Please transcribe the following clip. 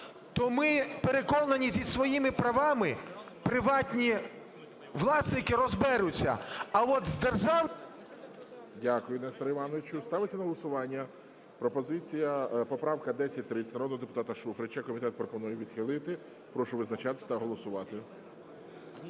то ми, переконані, зі своїми правами приватні власники розберуться.